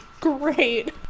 Great